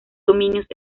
dominios